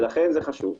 לכן זה חשוב.